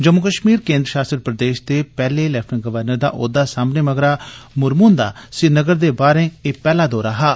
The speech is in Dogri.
जम्मू कश्मीर केन्द्र शासित प्रदेश दे पैह्ले लैफ्टिनेंट गवर्नर दा औह्दा सांभने मगरा श्री मुर्मू हुंदा श्रीनगर दे बाह्र एह् पैह्ला दौरा हा